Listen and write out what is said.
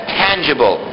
tangible